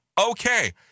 Okay